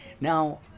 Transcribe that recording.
Now